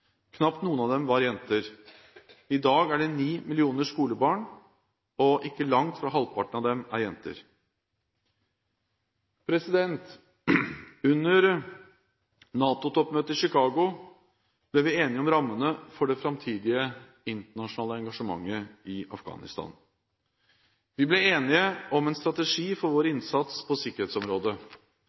Knapt noen av dem var jenter. I dag er det ni millioner skolebarn, og ikke langt fra halvparten av dem er jenter. Under NATO-toppmøtet i Chicago ble vi enige om rammene for det framtidige internasjonale engasjementet i Afghanistan. Vi ble enige om en strategi for vår innsats på sikkerhetsområdet